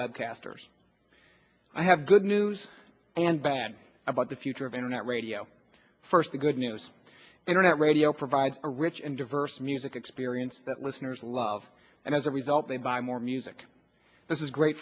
web casters i have good news and bad about the future of internet radio first the good news internet radio provides a rich and diverse music experience that listeners love and as a result they buy more music this is great